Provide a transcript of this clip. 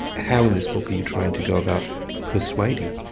how in this book are you trying to go about persuading?